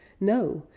no!